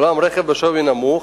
אולם רכב בשווי נמוך,